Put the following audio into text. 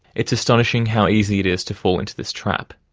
it's astonishing how easy it is to fall into this trap.